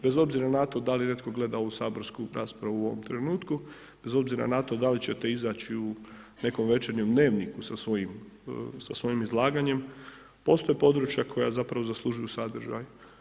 Bez obzira na to da li netko gleda u saborsku raspravu u ovom trenutku, bez obzira na to da li ćete izaći u nekom večernjem dnevniku sa svojim izlaganjem, postoje područja koja zapravo zaslužuju sadržaj.